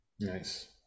Nice